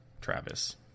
Travis